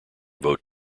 vote